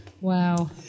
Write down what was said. Wow